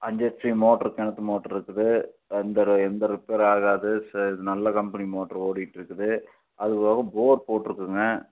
அஞ்சு HP motor கிணத்து motor இருக்குது அந்த ரு எந்த ரிப்பேரும் ஆகாது செ நல்ல கம்பெனி மோட்டரு ஓடிகிட்ருக்குது அது போக போர் போட்டிருக்குங்க